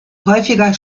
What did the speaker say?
häufiger